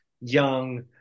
young